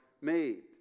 made